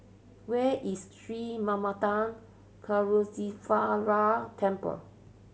where is Sri Manmatha Karuneshvarar Temple